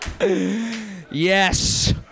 Yes